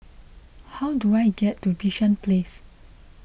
how do I get to Bishan Place